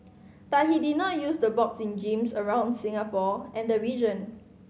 but he did not use to box in gyms around Singapore and the region